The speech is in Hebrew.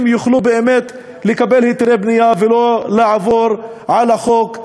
יוכלו באמת לקבל היתרי בנייה ולא לעבור על החוק.